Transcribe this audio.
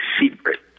secret